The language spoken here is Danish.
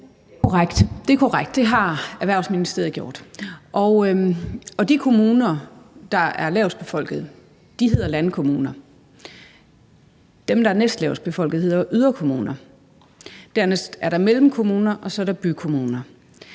Det er korrekt. Det har Erhvervsministeriet gjort. De kommuner, der er mindst befolkede, hedder landkommuner. Dem, der er næstmindst befolkede, hedder yderkommuner. Dernæst er der mellemkommuner, og så er